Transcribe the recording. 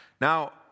Now